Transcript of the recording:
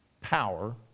power